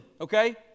okay